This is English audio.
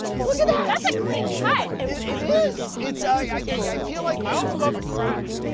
look at that! that's a clean cut! it it is! it's ah yeah yeah yeah i feel like i also love the crack.